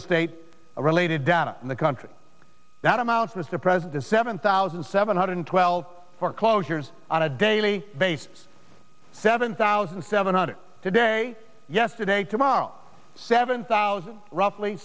estate related data in the country that amounted to present the seven thousand seven hundred twelve foreclosures on a daily basis seven thousand seven hundred today yesterday tomorrow seven thousand roughly